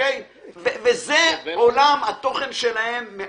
זה עולם התוכן שלהם.